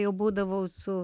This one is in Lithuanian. jau būdavau su